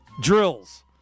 drills